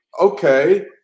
Okay